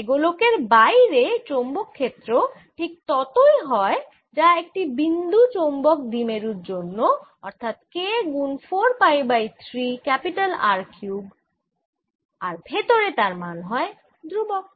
তাই গোলকের বাইরে চৌম্বক ক্ষেত্র ঠিক ততই হয় যা একটি বিন্দু চৌম্বক দ্বিমেরুর জন্য অর্থাৎ K গুন 4 পাই বাই 3 R কিউব আর ভেতরে তার মান হয় ধ্রুবক